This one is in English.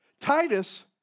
Titus